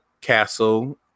castle